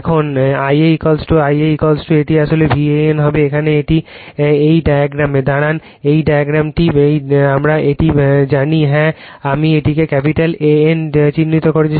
এখন I a I a এটি আসলে V AN হবে এখানে এটি এই ডায়াগ্রামে দাঁড়ান এই ডায়াগ্রাম আমরা এটি জানি যে হ্যাঁ আমি এটিকে ক্যাপিটাল A N চিহ্নিত করেছি